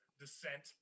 descent